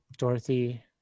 Dorothy